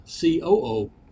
COO